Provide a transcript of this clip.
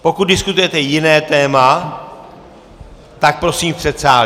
Pokud diskutujete jiné téma, tak prosím v předsálí.